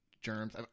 germs